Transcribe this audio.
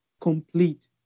complete